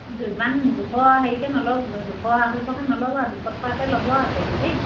ইমান দুশ হেৰিকৈ নলব দুশ আঢ়ৈশকৈ নল'ব আৰু দুশ টকাকৈ ল'ব আৰু কে জি দেই